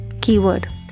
keyword